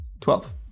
Twelve